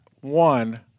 One